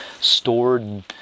stored